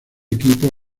equipo